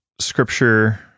scripture